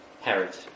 Herod